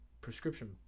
prescription